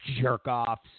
jerk-offs